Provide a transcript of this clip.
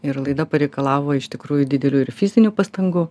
ir laida pareikalavo iš tikrųjų didelių ir fizinių pastangų